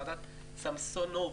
ועדת סמסונוב,